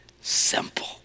simple